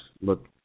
look